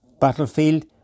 battlefield